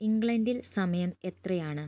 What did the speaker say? ഇംഗ്ലണ്ടിൽ സമയം എത്രയാണ്